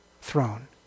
throne